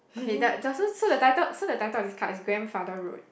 okay the so the title so the title of this card is grandfather road